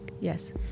yes